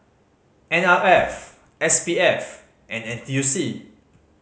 N R F S P F and N T U C